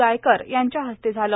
गायकर यांच्या हस्ते झालं